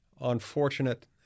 unfortunate